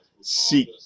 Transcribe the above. seek